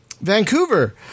Vancouver